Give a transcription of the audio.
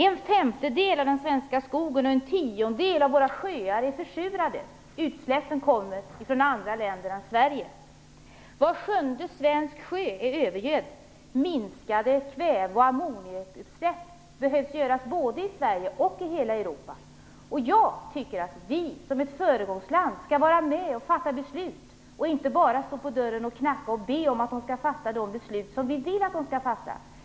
En femtedel av den svenska skogen och en tiondel av våra sjöar är försurade. Utsläppen kommer från andra länder än Sverige. Var sjunde svensk sjö är övergödd. Kväve och amoniumutsläppen behöver minskas både i Sverige och i Europa. Jag tycker att Sverige, som ett föregångsland, skall vara med och fatta beslut. Vi skall inte bara stå och knacka på dörren och be EU fatta de beslut vi vill att de skall fatta.